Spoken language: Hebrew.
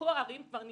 פה ההרים כבר נמצאים.